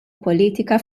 politika